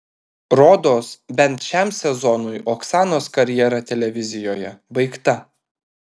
rodos bent šiam sezonui oksanos karjera televizijoje baigta